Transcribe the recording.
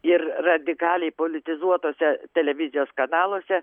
ir radikaliai politizuotuose televizijos kanaluose